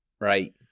Right